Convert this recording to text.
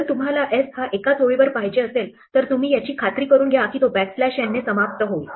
जर तुम्हाला s हा एकाच ओळीवर पाहिजे असेल तर तुम्ही याची खात्री करून घ्या की तो बॅकस्लॅश n ने समाप्त होईल